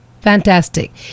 fantastic